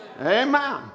Amen